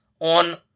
on